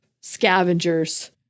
scavengers